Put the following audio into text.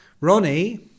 Ronnie